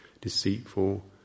deceitful